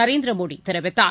நரேந்திரமோடிதெரிவித்தார்